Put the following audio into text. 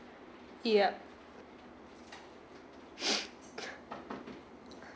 yup